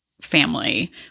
family